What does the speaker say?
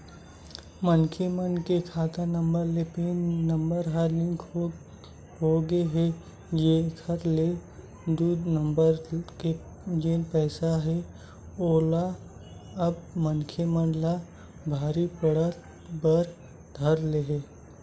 मनखे मन के खाता नंबर ले पेन नंबर ह लिंक होगे हे जेखर ले दू नंबर के जेन पइसा हे ओहा अब मनखे मन ला भारी पड़े बर धर ले हे